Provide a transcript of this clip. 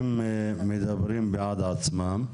מדברים בעד עצמם.